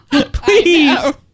Please